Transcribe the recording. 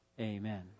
Amen